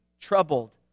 troubled